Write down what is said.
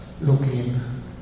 looking